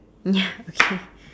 ya okay